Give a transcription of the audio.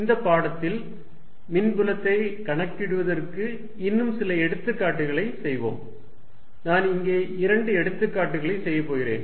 இந்த பாடத்தில் மின்புலத்தை கணக்கிடுவதற்கு இன்னும் சில எடுத்துக்காட்டுகளை செய்வோம் நான் இங்கே இரண்டு எடுத்துக்காட்டுகளை செய்யப் போகிறேன்